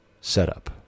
setup